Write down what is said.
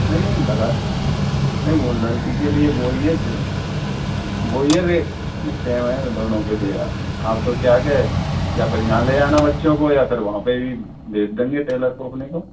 नहीं लगा देंगे नहीं वो लड़की के लिए वो ही है वो ही है रेट नहीं सैम है दोनों के लिए आप तो क्या है के या फिर यहाँ ले आना बच्चों को या फिर वहाँ पे ही भेज देंगे टेलर को अपने को